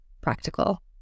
practical